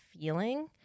feeling